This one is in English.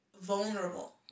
vulnerable